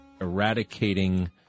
eradicating